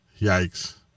yikes